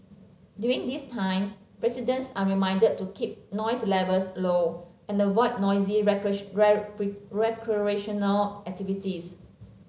during this time residents are reminded to keep noise levels low and avoid noisy recreational activities